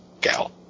gal